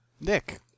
Nick